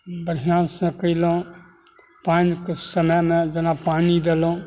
बढ़िआँसँ कयलहुॅं पानिके समयमे जेना पानि देलहुॅं